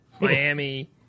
Miami